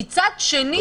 מצד שני,